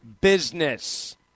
business